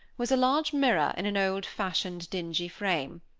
was a large mirror in an old-fashioned dingy frame.